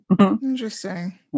interesting